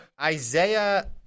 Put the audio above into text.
Isaiah